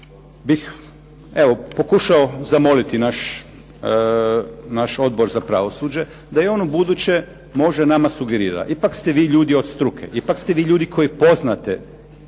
evo pokušao zamoliti naš Odbor za pravosuđe, da i on ubuduće može nama sugerira. Ipak ste vi ljudi od struke, ipak ste vi ljudi koji poznate